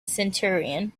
centurion